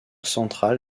central